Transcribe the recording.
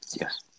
Yes